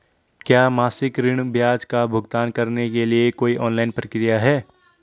क्या मासिक ऋण ब्याज का भुगतान करने के लिए कोई ऑनलाइन प्रक्रिया है?